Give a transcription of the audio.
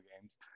games